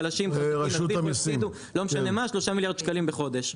חלשים - הפסידו לא משנה מה 3 מיליארד שקלים בחודש.